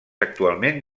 actualment